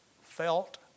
felt